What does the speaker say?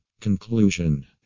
Conclusion